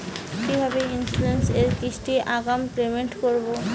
কিভাবে ইন্সুরেন্স এর কিস্তি আগাম পেমেন্ট করবো?